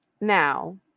Now